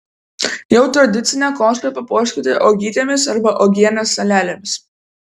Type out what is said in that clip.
jau tradicinę košę papuoškite uogytėmis arba uogienės salelėmis